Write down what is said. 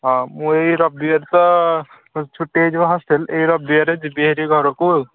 ହଁ ମୁଁ ଏହି ରବିବାର ତ ଛୁଟି ହୋଇଯିବ ହଷ୍ଟେଲ୍ ଏହି ରବିବାରେ ଯିବି ଭାରି ଘରକୁ ଆଉ